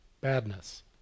badness